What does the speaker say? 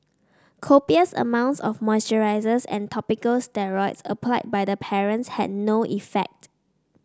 copious amounts of moisturisers and topical steroids applied by the parents had no effect